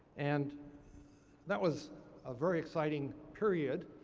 and that was a very exciting period.